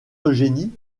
eugénie